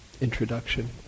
introduction